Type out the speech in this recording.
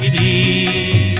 a